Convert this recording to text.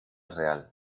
real